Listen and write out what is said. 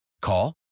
Call